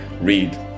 read